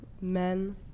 men